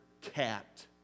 cat